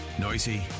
Noisy